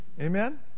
Amen